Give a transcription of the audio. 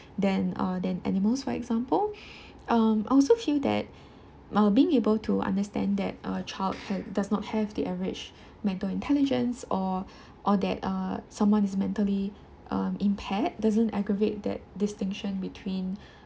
than uh than animals for example um I also feel that uh being able to understand that uh child d~ does not have the average mental intelligence or or that uh someone is mentally um impaired doesn't aggravate that distinction between